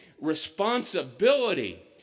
responsibility